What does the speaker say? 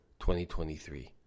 2023